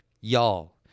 Y'all